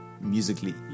musically